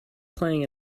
playing